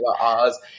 Oz